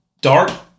dark